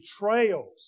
betrayals